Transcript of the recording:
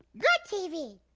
good tv.